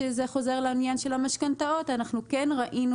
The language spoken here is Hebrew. שזה חוזר לעניין של המשכנתאות: אנחנו כן ראינו